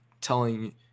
telling